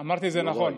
אמרתי את זה נכון.